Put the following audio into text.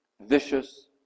vicious